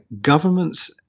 governments